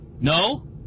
No